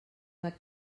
del